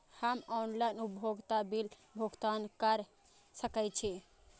हम ऑनलाइन उपभोगता बिल भुगतान कर सकैछी?